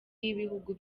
y’ibihugu